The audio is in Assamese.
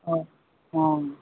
অঁ অঁ